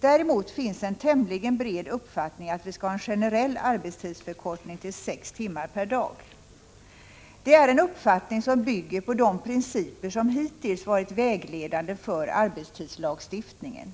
Däremot finns en tämligen bred uppfattning att vi skall ha en generell arbetstidsförkortning till sex timmar per dag. Det är en uppfattning som bygger på de principer som hittills varit vägledande för arbetstidslagstiftningen.